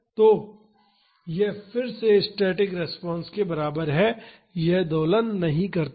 तो यह फिर से स्टैटिक रिस्पांस के बराबर है यह दोलन नहीं करता है